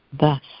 Thus